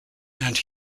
and